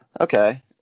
Okay